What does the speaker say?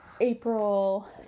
April